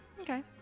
Okay